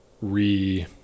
re